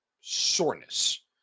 soreness